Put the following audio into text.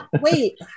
wait